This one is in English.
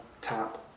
tap